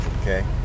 Okay